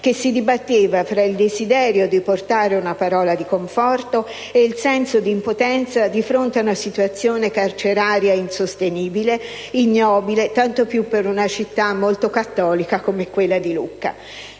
che si dibatteva tra il desiderio di portare una parola di conforto e il senso di impotenza di fronte a una situazione carceraria insostenibile, ignobile, tanto più per una città molto cattolica come quella di Lucca.